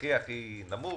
הכי נמוך.